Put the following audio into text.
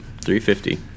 350